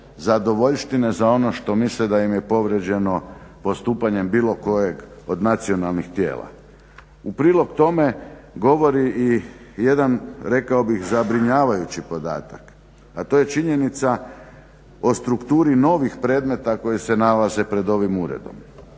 zadovoljštine za ono što misle da im je povrijeđeno postupanjem bilo kojeg od nacionalnih tijela. U prilog tema govori i jedan, rekao bih zabrinjavajući podatak, a to je činjenica o strukturi novih predmeta koji se nalaze pred ovim uredom,